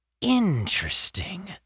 interesting